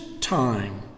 time